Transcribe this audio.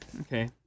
Okay